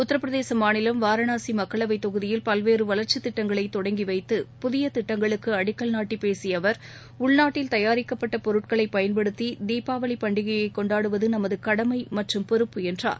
உத்திரபிரதேச மாநிலம் வாரணாசி மக்களவை தொகுதியில் பல்வேறு வளர்ச்சித் திட்டங்களை தொடங்கி வைத்து புதிய திட்டங்களுக்கு அடிக்கல் நாட்டி பேசிய அவர் உள்நாட்டில் தயாரிக்கப்பட்ட பொருட்களை பயன்படுத்தி தீபாவளி பண்டிகையை கொண்டாடுவது நமது கடமை மற்றும் பொறுப்பு என்றார்